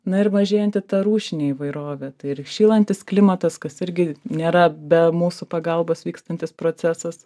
na ir mažėjanti ta rūšinė įvairovė ir šylantis klimatas kas irgi nėra be mūsų pagalbos vykstantis procesas